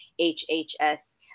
HHS